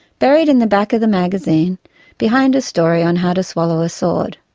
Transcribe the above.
buried in the back of the magazine behind a story on how to swallow a sword.